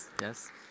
yes